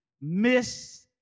Miss